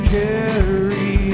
carry